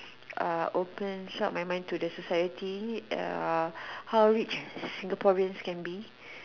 uh opens up my mind to the society uh how rich Singaporeans can be